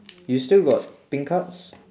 you still got pink cards